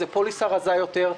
זו פוליסה רזה יותר.